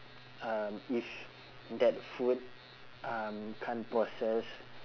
um if that food um can't process